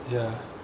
ya